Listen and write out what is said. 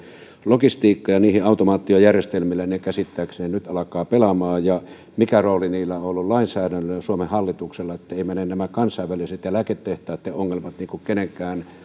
logistiikka ja niihin liittyvillä automaatiojärjestelmillä ne käsittääkseni nyt alkavat pelaamaan ja mikä rooli on ollut lainsäädännöllä ja suomen hallituksella että eivät mene nämä kansainväliset ja lääketehtaitten ongelmat kenenkään